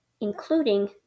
including